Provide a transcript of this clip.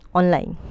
online